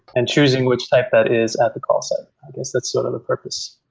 and choosing which type that is at the call stack. i guess that's sort of the purpose.